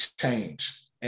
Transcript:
change